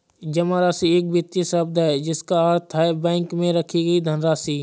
जमा राशि एक वित्तीय शब्द है जिसका अर्थ है बैंक में रखी गई धनराशि